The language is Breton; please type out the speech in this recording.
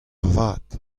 vat